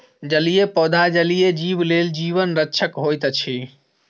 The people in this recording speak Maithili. जलीय पौधा जलीय जीव लेल जीवन रक्षक होइत अछि